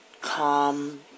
calm